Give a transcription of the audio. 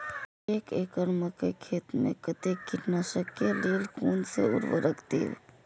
एक एकड़ मकई खेत में कते कीटनाशक के लेल कोन से उर्वरक देव?